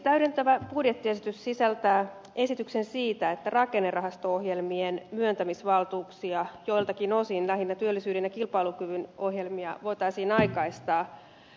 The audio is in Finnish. täydentävä budjettiesitys sisältää esityksen siitä että rakennerahasto ohjelmien myöntämisvaltuuksia joiltakin osin lähinnä työllisyyden ja kilpailukyvyn ohjelmia voitaisiin aikaistaa